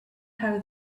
how